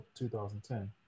2010